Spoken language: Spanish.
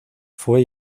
fue